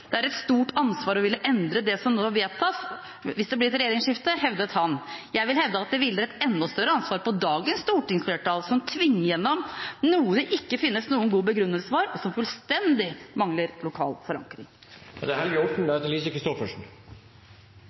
det er et stort ansvar å ville endre det som nå vedtas, hvis det blir et regjeringsskifte. Jeg vil hevde at det hviler et enda større ansvar på dagens stortingsflertall, som tvinger igjennom noe det ikke finnes noen god begrunnelse for, og som fullstendig mangler lokal